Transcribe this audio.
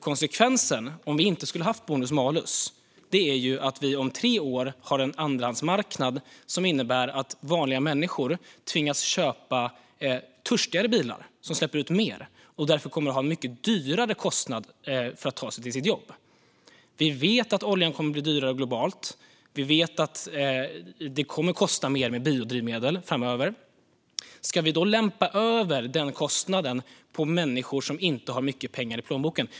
Konsekvensen, om vi inte hade haft bonus-malus, är att vi om tre år har en andrahandsmarknad som innebär att vanliga människor tvingas köpa törstigare bilar som släpper ut mer och därför kommer att ha en mycket högre kostnad för att ta sig till sitt jobb. Vi vet att oljan kommer att bli dyrare globalt. Vi vet att det kommer att kosta mer med biodrivmedel framöver. Ska vi då lämpa över den kostnaden på människor som inte har mycket pengar i plånboken?